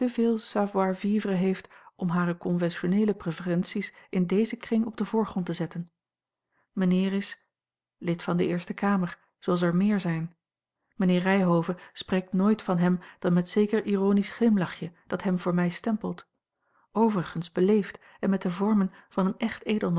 vivre heeft om hare confessioneele preferenties in dezen kring op den voorgrond te zetten mijnheer is lid van de eerste kamer zooals er meer zijn mijnheer ryhove spreekt nooit van hem dan met zeker ironisch glimlachje dat hem voor mij stempelt overigens beleefd en met de vormen van een